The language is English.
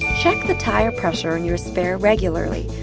check the tire pressure on your spare regularly.